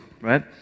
right